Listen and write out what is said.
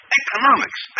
economics